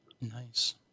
Nice